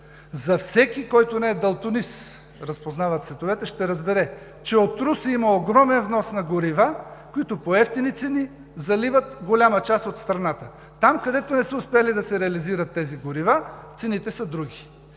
всеки, който не е далтонист и разпознава цветовете, ще разбере, че от Русе има огромен внос на горива, които по евтини цени заливат голяма част от страната. Там, където не са успели да се реализират тези горива, цените са други.